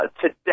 today